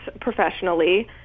professionally